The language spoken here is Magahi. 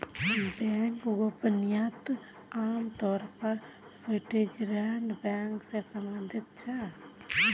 बैंक गोपनीयता आम तौर पर स्विटज़रलैंडेर बैंक से सम्बंधित छे